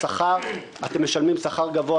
אתם משלמים שכר גבוה,